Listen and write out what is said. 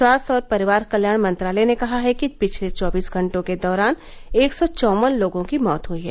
स्वास्थ्य और परिवार कत्याण मंत्रालय ने कहा है कि पिछले चौबीस घटों के दौरान एक सौ चौवन लोगों की मौत हुई है